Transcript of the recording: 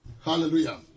Hallelujah